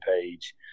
page